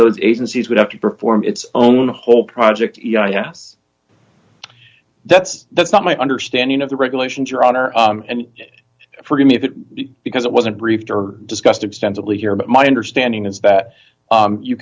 those agencies would have to perform its own whole project yes that's that's not my understanding of the regulations your honor and forgive me if it because it wasn't briefed or discussed extensively here but my understanding is that